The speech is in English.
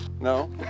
No